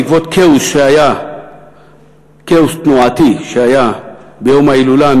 בעקבות כאוס תנועתי שהיה ביום ההילולה,